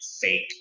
fake